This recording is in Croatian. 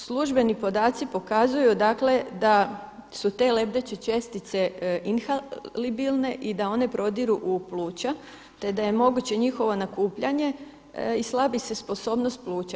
Službeni podaci pokazuju, dakle da su te lebdeće čestice inhalibilne i da one prodiru u pluća, te da je moguće njihovo nakupljanje i slabi se sposobnost pluća.